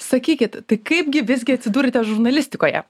sakykit tai kaip gi visgi atsidūrėte žurnalistikoje